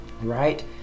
right